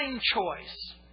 choice